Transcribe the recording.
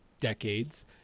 decades